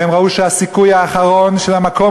והם ראו שהסיכוי האחרון של המקום